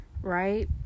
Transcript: Right